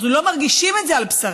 אנחנו לא מרגישים את זה על בשרנו,